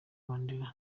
mandela